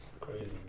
Crazy